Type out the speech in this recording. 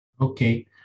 Okay